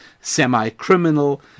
semi-criminal